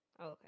Okay